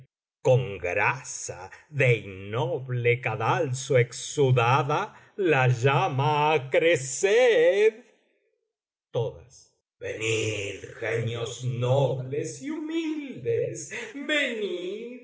con grasa de innoble cadalso exudada la llama acreced todas venid genios nobles y humildes